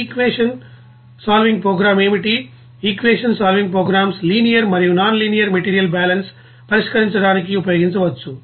ఆ equation solving programs ఏమిటి equation solving programs linear మరియు నాన్ లీనియర్ మెటీరియల్ బ్యాలెన్స్ పరిష్కరించడానికి ఉపయోగించవచ్చు